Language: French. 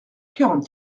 quarante